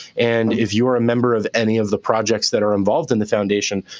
and if you are a member of any of the projects that are involved in the foundation,